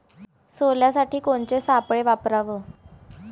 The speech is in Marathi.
सोल्यासाठी कोनचे सापळे वापराव?